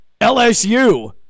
LSU